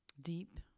Deep